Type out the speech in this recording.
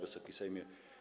Wysoki Sejmie!